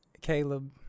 Caleb